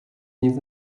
nic